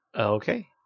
Okay